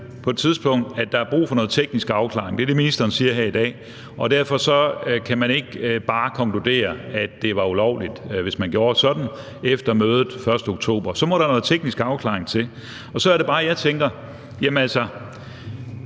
på et tidspunkt, at der er brug for noget teknisk afklaring – det er det, ministeren siger her i dag – og at det derfor ikke bare kan konkluderes, at det var ulovligt, hvis man gjorde sådan efter mødet den 1. oktober. Så må der jo noget teknisk afklaring til. Og så er det bare, jeg tænker: Jamen hvorfor